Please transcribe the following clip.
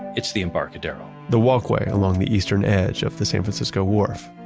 it's the embarcadero. the walkway along the eastern edge of the san francisco wharf.